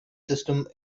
system